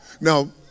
Now